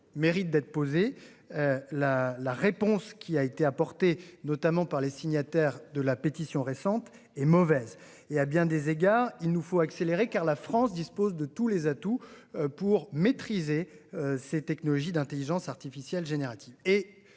mérite d'être posée, la réponse apportée par les signataires de la récente pétition est mauvaise. À bien des égards, il nous faut accélérer, car la France dispose de tous les atouts pour maîtriser ces technologies d'intelligence artificielle générative.